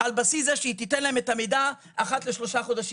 על בסיס זה שהיא תיתן להם את המידע אחת לשלושה חודשים.